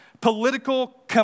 political